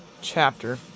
chapter